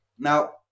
Now